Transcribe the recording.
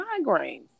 migraines